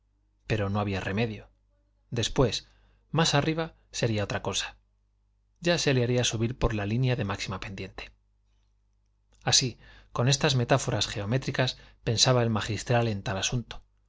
pero no había remedio después más arriba sería otra cosa ya se le haría subir por la línea de máxima pendiente así con estas metáforas geométricas pensaba el magistral en tal asunto